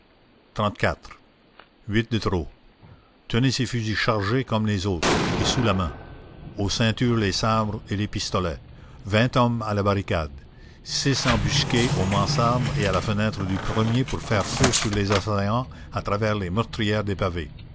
huit de trop tenez ces fusils chargés comme les autres et sous la main aux ceintures les sabres et les pistolets vingt hommes à la barricade six embusqués aux mansardes et à la fenêtre du premier pour faire feu sur les assaillants à travers les meurtrières des pavés